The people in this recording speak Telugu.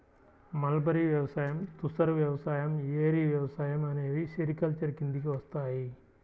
మల్బరీ వ్యవసాయం, తుసర్ వ్యవసాయం, ఏరి వ్యవసాయం అనేవి సెరికల్చర్ కిందికి వస్తాయి